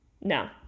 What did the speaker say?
No